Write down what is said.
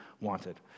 wanted